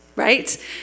right